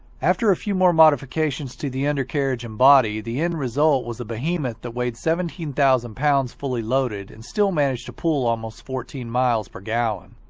after a few more modifications to the undercarriage and body, the and result was a behemoth that weighed seventeen thousand pounds fully loaded and still managed to pull almost fourteen miles per gallon.